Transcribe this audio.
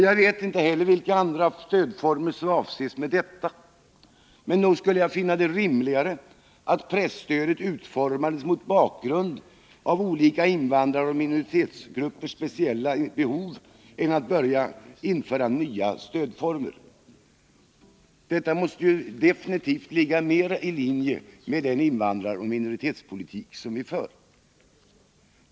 Jag vet inte vilka andra stödformer som avses med detta, men nog skulle jag finna det rimligare att presstödet utformades mot bakgrund av olika invandraroch minoritetsgruppers speciella behov än att börja införa nya stödformer. Det måste definitivt ligga mera i linje med den invandraroch minoritetspolitik som vi för.